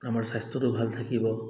আমাৰ স্বাস্থ্যটো ভাল থাকিব